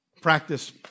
practice